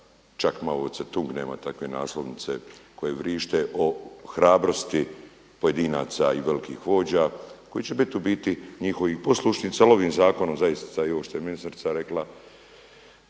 čak Mao Ce-tung nema takve naslovnice koje vrište o hrabrosti pojedinaca i velikih vođa koji će biti u biti njihovi poslušnici. Ali ovim zakonom zaista i ovo što je ministrica rekla,